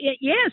yes